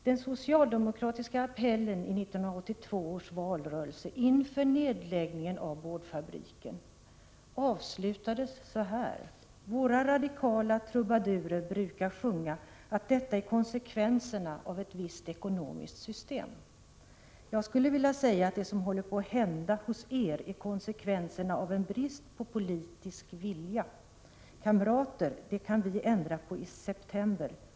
Den socialdemokratiska appellen i 1982 års valrörelse inför nedläggningen av boardfabriken avslutades så här: ”Våra radikala trubadurer brukar sjunga att detta är konsekvenserna av ett visst ekonomiskt system. Jag skulle vilja säga att det som håller på att hända hos er är konsekvenserna av en brist på politisk vilja. Kamrater! Det kan vi ändra på i september.